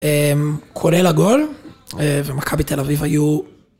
כולל גול, ומכבי תל אביב היו...